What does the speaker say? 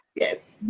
Yes